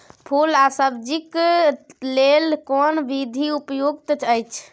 फूल आ सब्जीक लेल कोन विधी उपयुक्त अछि?